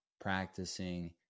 practicing